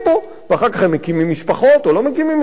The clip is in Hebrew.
ואחר כך הם מקימים משפחות או לא מקימים משפחות.